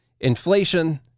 Inflation